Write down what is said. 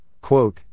quote